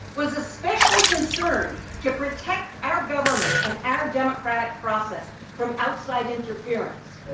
was especially concerned to protect our government and our democratic process from outside interference.